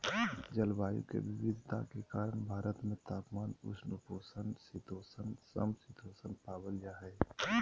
जलवायु के विविधता के कारण भारत में तापमान, उष्ण उपोष्ण शीतोष्ण, सम शीतोष्ण पावल जा हई